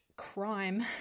crime